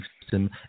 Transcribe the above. system